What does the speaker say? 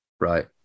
right